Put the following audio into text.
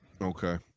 Okay